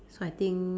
so I think